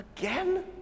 Again